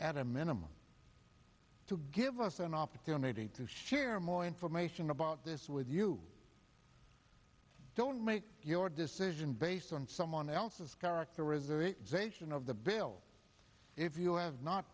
at a minimum to give us an opportunity to share more information about this with you don't make your decision based on someone else's characterization of the bill if you have not